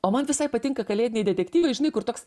o man visai patinka kalėdiniai detektyvai žinai kur toks